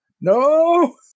No